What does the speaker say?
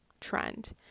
trend